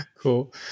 Cool